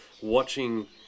watching